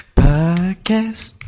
podcast